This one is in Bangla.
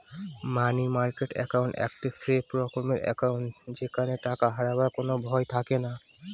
মানি মার্কেট একাউন্ট একটি সেফ রকমের একাউন্ট যেখানে টাকা হারাবার কোনো ভয় থাকেনা